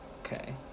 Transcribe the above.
okay